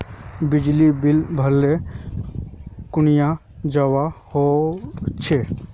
बिजली बिल भरले कुनियाँ जवा होचे?